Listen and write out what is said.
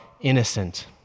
innocent